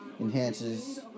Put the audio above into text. enhances